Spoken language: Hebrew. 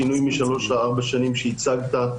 שינוי משלוש לארבע שנים שהצגת,